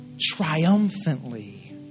triumphantly